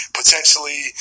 potentially